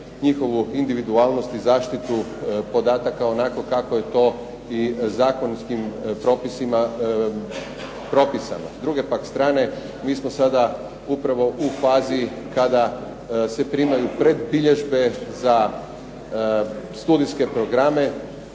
njihovu individualnost i zaštitu podataka onako kako je to i zakonskim propisima propisano. S druge pak strane mi smo sada upravo u fazi kada se primaju predbilježbe za studijske programe